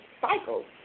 cycles